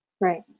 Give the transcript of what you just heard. Right